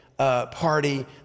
Party